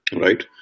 right